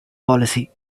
policy